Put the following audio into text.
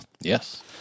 Yes